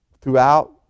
throughout